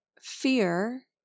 fear